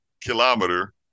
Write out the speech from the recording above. kilometer